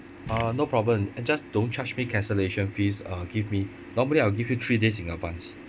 uh no problem uh just don't charge me cancellation fees uh give me normally I will give you three days in advance